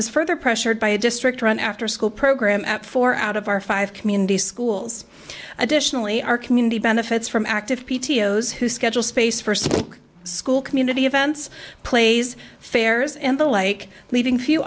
is further pressured by a district run afterschool program at four out of our five community schools additionally our community benefits from active p t o s who schedule space first school community events plays fairs and the like leaving few